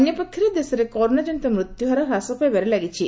ଅନ୍ୟପକ୍ଷରେ ଦେଶରେ କରୋନାକନିତ ମୃତ୍ୟୁହାର ହ୍ରାସ ପାଇବାରେ ଲାଗିଛି